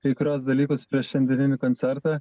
kai kuriuos dalykus prieš šiandieninį koncertą